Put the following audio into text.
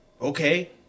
Okay